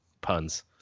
puns